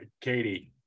Katie